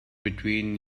between